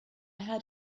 heard